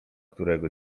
którego